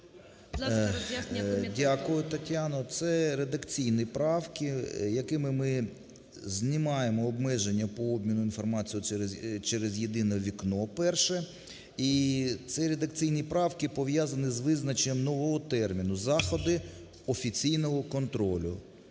Дякую, Тетяно. Це редакційні правки якими ми знімаємо обмеження пообміну інформацію через "єдине вікно" – перше. І ці редакційні правки пов'язані з визначенням нового терміну "заходи офіційного контролю".